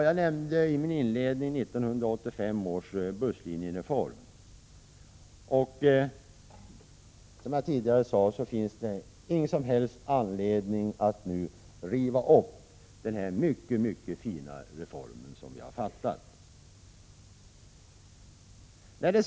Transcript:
Jag nämnde i min inledning 1985 års busslinjereform. Som jag sade finns det ingen som helst anledning att nu riva upp den mycket fina reform som vi har fattat beslut om.